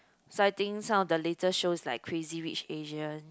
so I think some of the latest shows like Crazy Rich Asians